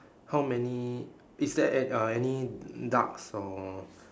how many is there an~ uh any ducks or